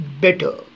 better